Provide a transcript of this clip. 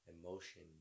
emotion